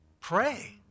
Pray